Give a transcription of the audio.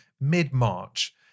mid-March